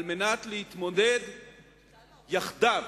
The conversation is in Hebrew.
על מנת להתמודד יחדיו,